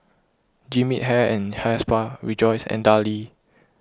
Jean Yip Hair and Hair Spa Rejoice and Darlie